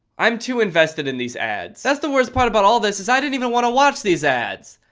i'm too invested in these ads. that's the worst part about all this is i didn't even wanna watch these ads.